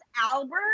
Albert